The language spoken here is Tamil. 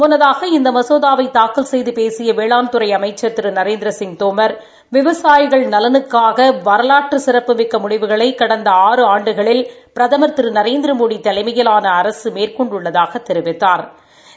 முள்ளதாக இந்த மசேதாவை தாக்கல் செய்து பேசிய வேளாண் துறை அமைச்சர் திரு நரேந்திரசிய் தோமர் விவசாயிகள் நலனுக்கான வரலாற்று சிறப்புமிக்க முடிவுகளை கடந்த ஆறு ஆண்டுகளில் பிரதமா கிரு நரேந்திரமோடி தலைமையிலான அரசு மேற்கொண்டுள்ளதாகத் தெரிவித்தாா்